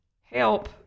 help